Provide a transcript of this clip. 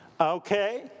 Okay